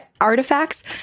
artifacts